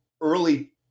early